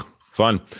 Fun